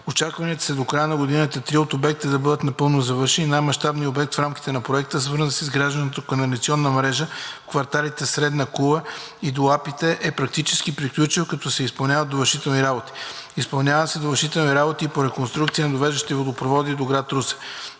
Очакванията са до края на годината три от обектите да бъдат напълно завършени. Най-мащабният обект в рамките на проекта, свързан с изграждане на канализационна мрежа в кварталите „Средна кула“ и „Долапите“, е практически приключил, като се изпълняват довършителни работи. Изпълняват се довършителни работи и по реконструкцията на довеждащите водопроводи до град Русе.